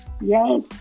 Yes